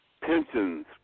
pensions